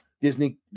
Disney